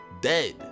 Dead